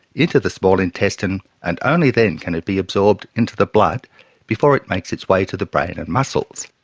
into the small intestine and only then can it be absorbed into the blood before it makes its way to the brain and muscles.